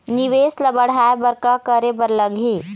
निवेश ला बढ़ाय बर का करे बर लगही?